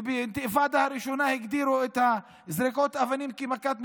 ובאינתיפאדה הראשונה הגדירו את זריקות האבנים כמכת מדינה.